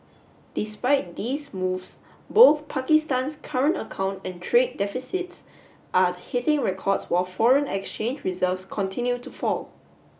despite these moves both Pakistan's current account and trade deficits are hitting records while foreign exchange reserves continue to fall